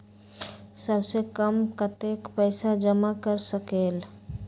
सबसे कम कतेक पैसा जमा कर सकेल?